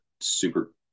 super